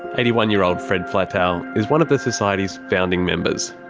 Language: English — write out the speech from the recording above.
eighty one year old fred flatow is one of the society's founding members.